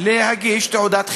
להשיג תעודת חיסיון.